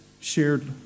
shared